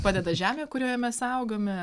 padeda žemė kurioje mes augame